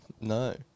No